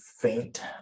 faint